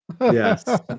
Yes